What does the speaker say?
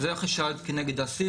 זה החשד כנגד האסיר,